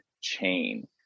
chain